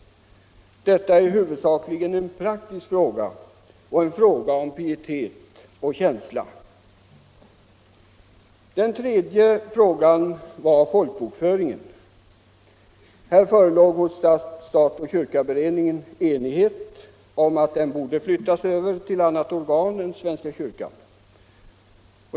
Detta är huvudsakligen en praktisk fråga och en fråga om pietet och känsla. Den tredje frågan rörde folkbokföringen. Här förelåg hos stat-kyrkaberedningen enighet om att den borde flyttas över till annat organ än svenska kyrkan.